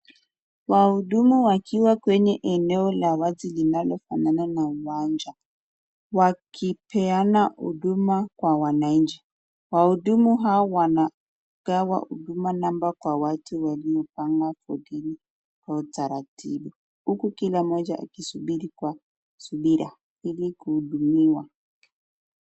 Wahudumu wakiwa sehemu ya wazi inayofanana na uwanja wakipeana huduma kwa wananchi. Wahudumu hawa wanagawa huduma namba kwa watu waliopanga foleni kwa utaratibu huku kila nmoja akisubiri kwa subira ili kuhidumiwa.